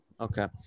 Okay